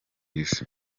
isi